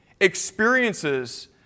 experiences